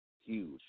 huge